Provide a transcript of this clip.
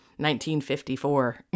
1954